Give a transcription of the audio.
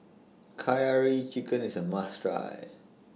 Curry Chicken IS A must Try